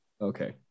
Okay